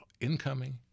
incoming